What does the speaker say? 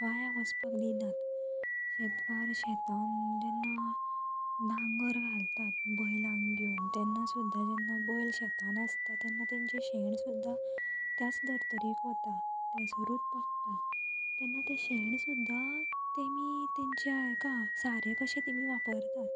वाया वचपाक दिनात शेतकार शेतांत जेन्ना नागर घालतात बैलांक घेवन तेन्ना सुद्दां जेन्ना बैल शेतान आसता तेन्ना तेंचे शेण सुद्दां त्याच धर्तरेक वता थंयसरूच पडटा तेन्ना तें शेण सुद्दां तेमी तेंच्या हेका सारें कशें तेमी वापरतात